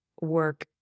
work